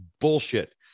bullshit